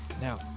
Now